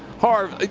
harv,